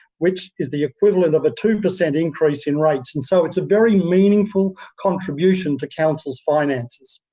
which is the equivalent of a two per cent increase in rates, and so it's a very meaningful contribution to council's finances.